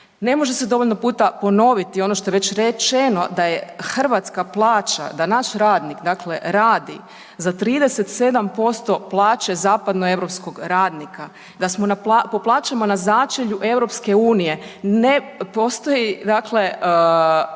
Ne može se dovoljno puta ponoviti ono što je već rečeno da je hrvatska plaća, da naš radnik radi za 37% plaće zapadnoeuropskog radnika, da smo po plaćama na začelju EU. Ne postoji